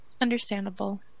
understandable